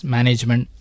Management